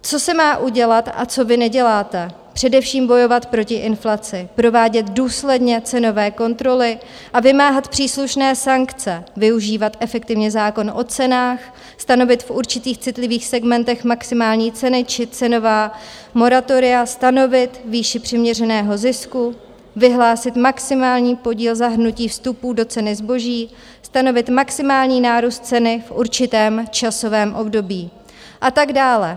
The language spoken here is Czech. Co se má udělat a co vy neděláte, především bojovat proti inflaci, provádět důsledně cenové kontroly a vymáhat příslušné sankce, využívat efektivně zákon o cenách, stanovit v určitých citlivých segmentech maximální ceny či cenová moratoria, stanovit výši přiměřeného zisku, vyhlásit maximální podíl zahrnutí vstupů do ceny zboží, stanovit maximální nárůst ceny v určitém časovém období a tak dále.